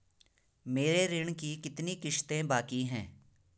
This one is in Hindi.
मेरे ऋण की कितनी किश्तें बाकी हैं?